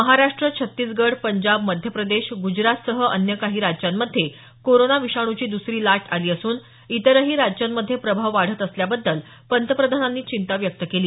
महाराष्ट्र छत्तीसगढ पंजाब मध्य प्रदेश गूजरातसह अन्य काही राज्यांमध्ये कोरोना विषाणूची दुसरी लाट आली असून इतरही राज्यांमध्ये प्रभाव वाढत असल्याबद्दल पंतप्रधानांनी चिंता व्यक्त केली